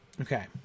Okay